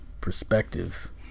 perspective